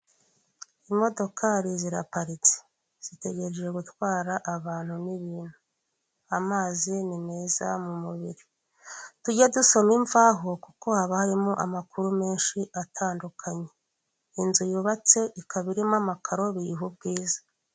Imodokari ziraparitse, zitegereje gutwara abantu n'ibintu, amazi ni meza mu mubiri, tujye dusoma imvaho kuko haba harimo amakuru menshi atandukanye, inzu yubatse ikaba irimo amakaro biyiha ubwiza.